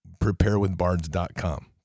preparewithbards.com